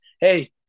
hey